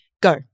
Go